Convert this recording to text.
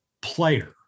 player